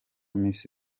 miss